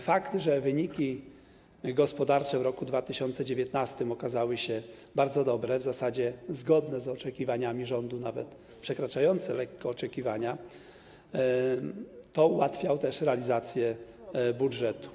Fakt, że wyniki gospodarcze w roku 2019 okazały się bardzo dobre, w zasadzie zgodne z oczekiwaniami rządu - nawet przekroczyły lekko oczekiwania - ułatwiał też realizację budżetu.